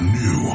new